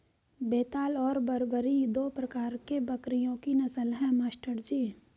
बेताल और बरबरी दो प्रकार के बकरियों की नस्ल है मास्टर जी